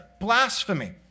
blasphemy